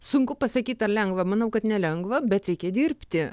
sunku pasakyt ar lengva manau kad nelengva bet reikia dirbti